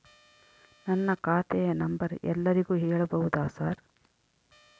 ನನ್ನ ಖಾತೆಯ ನಂಬರ್ ಎಲ್ಲರಿಗೂ ಹೇಳಬಹುದಾ ಸರ್?